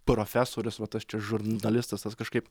profesorius va tas čia žurnalistas tas kažkaip